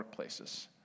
workplaces